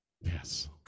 Yes